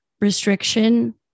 restriction